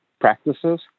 practices